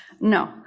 no